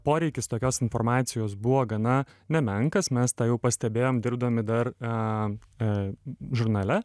poreikis tokios informacijos buvo gana nemenkas mes tą jau pastebėjom dirbdami dar a žurnale